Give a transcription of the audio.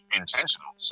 intentional